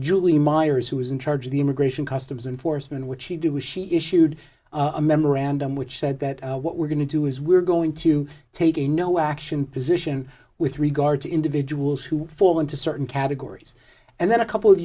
julie myers who is in charge of the immigration customs enforcement which she did was she issued a memorandum which said that what we're going to do is we're going to take a no action position with regard to individuals who fall into certain categories and then a couple